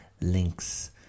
links